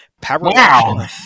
power